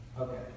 Okay